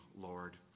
Lord